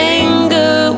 anger